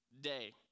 day